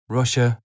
Russia